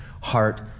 heart